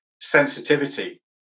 sensitivity